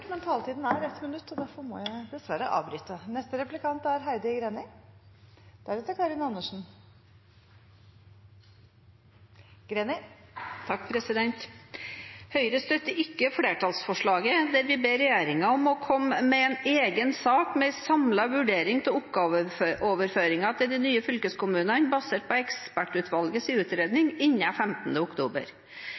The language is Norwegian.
men taletiden er 1 minutt. Derfor må presidenten dessverre avbryte. Høyre støtter ikke flertallsforslaget, der vi ber regjeringen komme med en egen sak innen 15. oktober, med en samlet vurdering av oppgaveoverføringen til de nye fylkeskommunene, basert på ekspertutvalgets utredning.